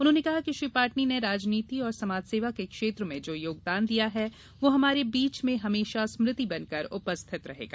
उन्होंने कहा श्री पाटनी ने राजनीति और समाज सेवा के क्षेत्र में जो योगदान दिया है वह हमारे बीच में हमेशा स्मृति बन कर उपस्थित रहेगा